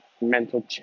mental